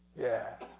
yeah,